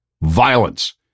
violence